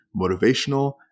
motivational